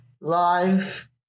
live